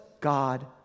God